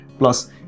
Plus